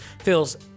feels